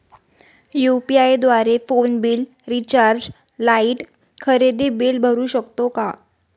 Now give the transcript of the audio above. UPI द्वारे phone bill, recharge, light, खरेदी bill भरू शकतो का?